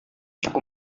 aku